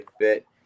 fit